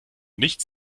nichts